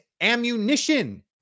ammunition